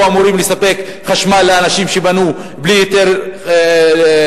אמורות לספק חשמל לאנשים שבנו בלי היתר בנייה.